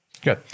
Good